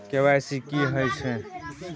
KYC की हय छै?